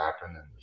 happen